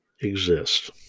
exist